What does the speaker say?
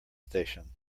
station